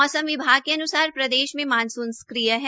मौसम विभाग के अन्सार प्रदेश मे मानसून सक्रिय है